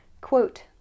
quote